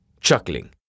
chuckling